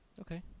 Okay